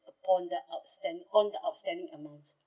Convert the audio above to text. from the outstanding on the outstanding amount